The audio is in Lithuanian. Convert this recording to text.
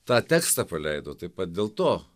tą tekstą paleidau taip pat dėl to